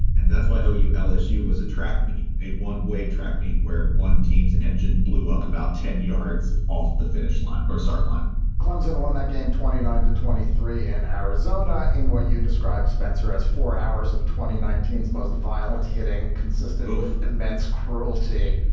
and that's why oh, you lsu was attract me a one way track meet where one team's engine blew up about ten yards off the finish line or start line clemson won that game. twenty nine to twenty three. and arizona, in what you describe spencer as four hours of twenty nineteen most violent hitting consistent with immense cruelty.